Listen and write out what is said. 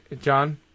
John